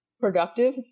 productive